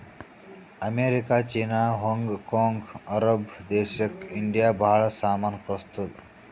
America, China, Hong Kong, Arab ದೇಶಕ್ India ಭಾಳ ಸಾಮಾನ್ ಕಳ್ಸುತ್ತುದ್